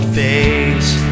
face